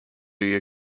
you